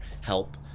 help